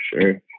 sure